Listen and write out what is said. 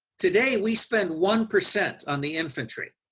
today we spend one percent on the infantry.